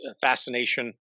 fascination